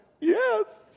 yes